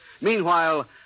Meanwhile